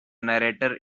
narrator